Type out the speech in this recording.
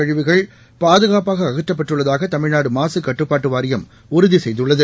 கழிவுகள் பாதுகாப்பாக அகற்றப்பட்டுள்ளதாக தமிழ்நாடு மாசு கட்டுப்பாட்டு வாரியம் உறுதி செய்துள்ளது